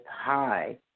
high